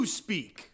speak